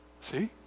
see